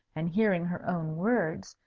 and hearing her own words,